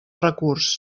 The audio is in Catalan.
recurs